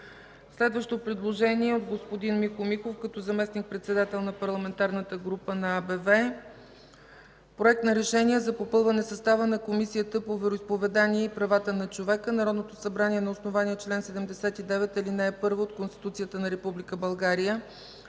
Следващото предложение от господин Михо Михов като заместник-председател на Парламентарната група на АБВ: „Проект! РЕШЕНИЕ за попълване състава на Комисията по вероизповеданията и правата на човека Народното събрание на основание чл. 79, ал. 1 от Конституцията на